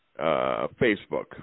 Facebook